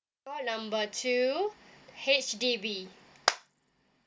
call number two H_D_B